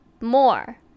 more